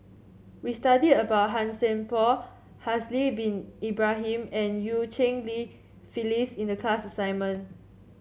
we studied about Han Sai Por Haslir Bin Ibrahim and Eu Cheng Li Phyllis in the class assignment